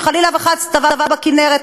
שחלילה וחס טבע בכינרת,